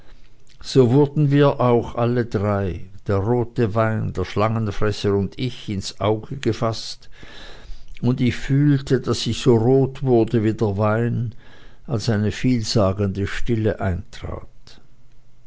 so wurden wir auch alle drei der rote wein der schlangenfresser und ich ins auge gefaßt und ich fühlte daß ich so rot wurde wie der wein als eine vielsagende stille eintrat